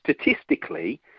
statistically